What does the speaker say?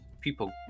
People